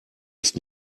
ist